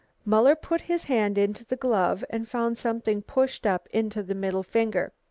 muller put his hand into the glove and found something pushed up into the middle finger.